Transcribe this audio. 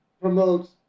promotes